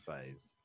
phase